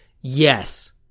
Yes